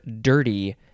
dirty